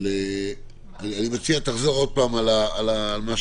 אני מציע שתחזור שוב על הדברים.